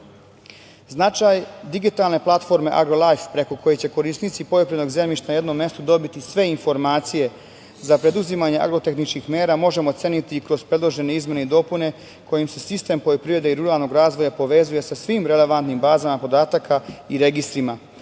digitalne platforme agrolajf preko koje će korisnici poljoprivrednog zemljišta na jednom mestu dobiti sve informacije za preduzimanje agro tehničkih mera možemo oceniti kroz predložene izmene i dopune kojom se sistem poljoprivrede i ruralnog razvoja povezuje sa svim relevantnim bazama podataka i registrima